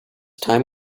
time